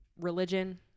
Religion